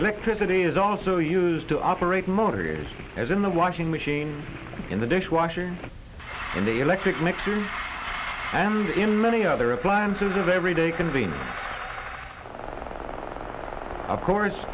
electricity is also used to operate motors as in the washing machine in the dishwasher in the electric mixer and in many other appliances of everyday convene of course